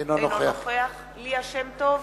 אינו נוכח ליה שמטוב,